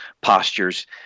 postures